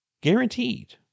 Guaranteed